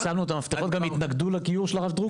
גם התנגדו לגיור של הרב דרוקמן.